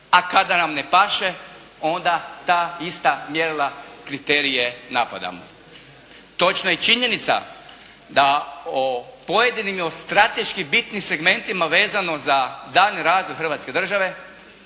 a kada nam ne paše, onda ta ista mjerila, kriterije napadamo. Točna je činjenica da o pojedinim i o strateški bitnim segmentima vezano za daljnji rad hrvatske države